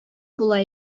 була